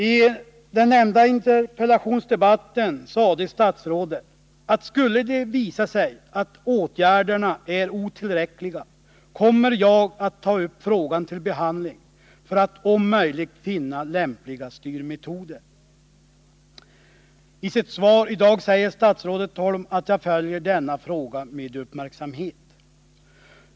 I den nämnda interpellationsdebatten sade statsrådet: ”Om det skulle visa sig att åtgärderna är otillräckliga, kommer jag att ta upp frågan till behandling för att om möjligt finna lämpliga styrmetoder ———.” I sitt svar i dag säger statsrådet Holm att hon följer denna fråga med uppmärksamhet.